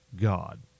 God